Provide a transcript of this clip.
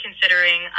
considering –